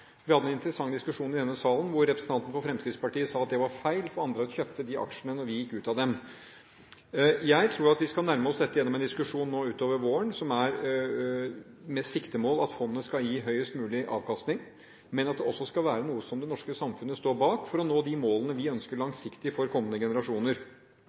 Vi hadde en interessant diskusjon i denne salen hvor en representant fra Fremskrittspartiet sa at det var feil, for andre kjøpte de aksjene når vi gikk ut av dem. Jeg tror at vi skal nærme oss dette gjennom en diskusjon nå utover våren, med det siktemål at fondet skal gi høyest mulig avkastning, men at det også skal være noe som det norske samfunnet står bak for å nå de målene vi ønsker